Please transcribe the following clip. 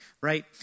right